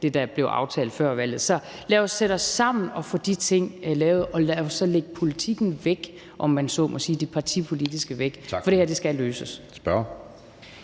det, der blev aftalt før valget, er tilstrækkeligt. Så lad os sætte os sammen og få de ting lavet, og lad os så lægge politikken væk, om man så må sige. Lad os lægge det partipolitiske væk, for det her skal løses.